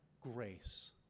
grace